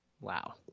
Wow